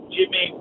Jimmy